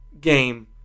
game